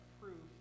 proof